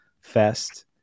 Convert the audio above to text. fest